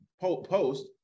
post